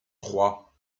trois